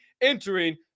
entering